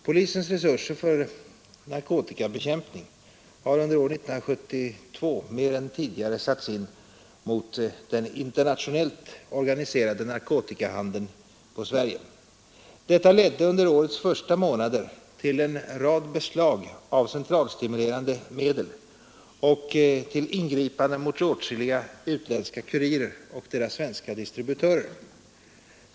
Polisens resurser för narkotikabekämpning har under år 1972 mer än tidigare satts in mot den internationellt organiserade narkotikahandeln på Sverige. Detta ledde under årets första månader till en rad beslag av centralstimulerande medel och till ingripanden mot åtskilliga utländska kurirer och deras svenska distributörer.